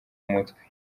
mutwe